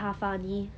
no brain